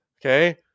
Okay